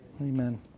Amen